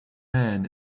man